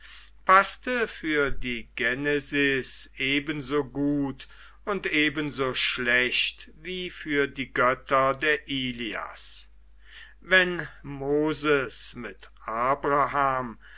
paßte für die genesis ebenso gut und ebenso schlecht wie für die götter der ilias wenn moses mit abraham